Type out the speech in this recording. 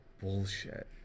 bullshit